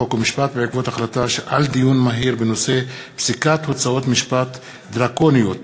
חוק ומשפט בעקבות דיון מהיר בנושא: פסיקת הוצאות משפט דרקוניות